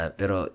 pero